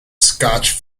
scotch